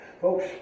folks